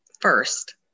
first